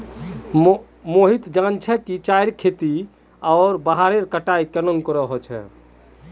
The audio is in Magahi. मोहित जान छ कि चाईर खेती आर वहार कटाई केन न ह छेक